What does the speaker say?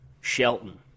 Shelton